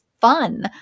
fun